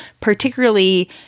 particularly